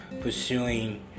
pursuing